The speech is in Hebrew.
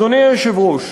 אדוני היושב-ראש,